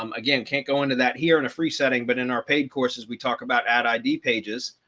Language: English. um again, can't go into that here in a free setting. but in our paid courses, we talked about ad id pages.